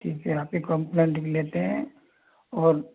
ठीक है आपकी कंप्लेंट लिख लेते हैं और